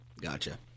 Gotcha